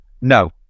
no